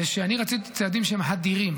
זה שאני רציתי צעדים שהם הדירים,